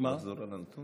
תחזור עליו.